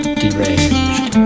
deranged